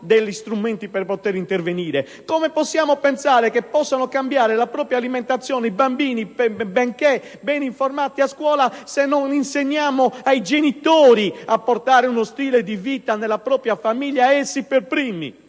strumenti per poter intervenire? Come possiamo pensare che possano cambiare la propria alimentazione i bambini, benché ben informati a scuola, se non insegniamo ai genitori a portare essi per primi uno stile di vita nella propria famiglia? Io sarò